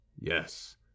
yes